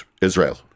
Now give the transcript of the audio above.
Israel